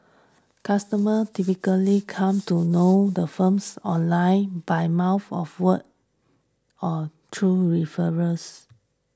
customers typically come to know the firms online by mouth of what or through referrals